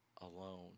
alone